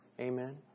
Amen